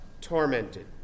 tormented